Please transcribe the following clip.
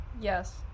Yes